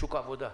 שוק עבודה,